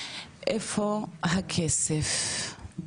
איפה הכסף?